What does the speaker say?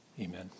Amen